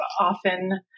often